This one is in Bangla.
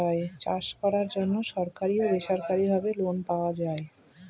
চাষ করার জন্য সরকারি ও বেসরকারি ভাবে লোন পাওয়া যায়